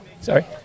Sorry